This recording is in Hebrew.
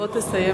בוא תסיים.